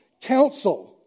council